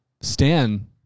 Stan